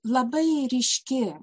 labai ryški